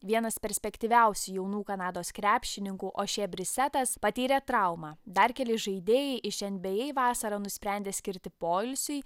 vienas perspektyviausių jaunų kanados krepšininkų ošie brisetas patyrė traumą dar keli žaidėjai iš nba vasarą nusprendė skirti poilsiui